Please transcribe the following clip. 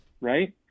Right